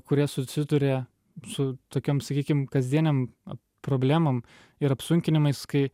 kurie susiduria su tokiom sakykim kasdienėm a problemom ir apsunkinimais kai